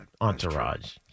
Entourage